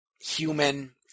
human